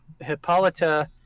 Hippolyta